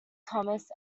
thomas